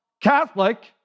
Catholic